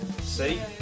See